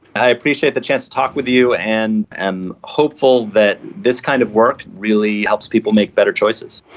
i appreciate the chance to talk with you and i'm hopeful that this kind of work really helps people make better choices.